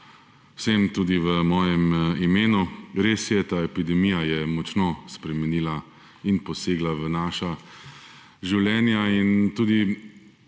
vsem tudi v mojem imenu! Res je, ta epidemija je močno spremenila in posegla v naša življenja in tudi